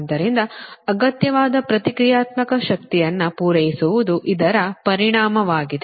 ಆದ್ದರಿಂದ ಅಗತ್ಯವಾದ ಪ್ರತಿಕ್ರಿಯಾತ್ಮಕ ಶಕ್ತಿಯನ್ನು ಪೂರೈಸುವುದು ಇದರ ಪರಿಣಾಮವಾಗಿದೆ